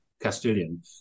Castilian